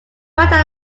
matter